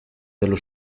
dello